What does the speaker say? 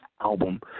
album